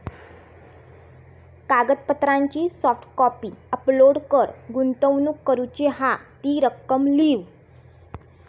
कागदपत्रांची soft copy upload कर, गुंतवणूक करूची हा ती रक्कम लिव्ह